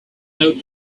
out